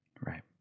Right